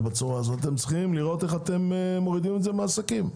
אתם צריכים לראות איך אתם מורידים את זה מהעסקים.